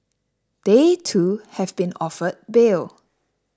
they too have been offered bail